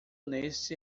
nesse